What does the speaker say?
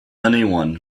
anyone